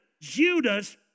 Judas